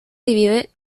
divide